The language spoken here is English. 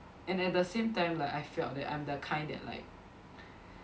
and at the same time like I felt that I'm the kind that like